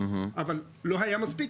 אבל לא היה מספיק,